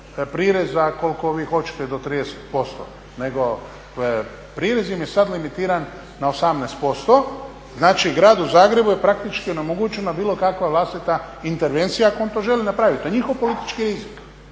prireza koliko vi hoćete do 30% nego prirez im je sada limitiran na 18% znači gradu Zagrebu je praktičko onemogućena bilo kakva vlastita intervencija ako on to želi napraviti na njihov politički rizik.